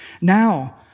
Now